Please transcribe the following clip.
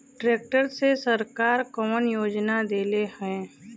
Tractor मे सरकार कवन योजना देले हैं?